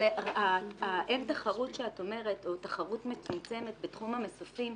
אבל אין תחרות שאת אומרת או תחרות מצומצמת בתחום המסופים,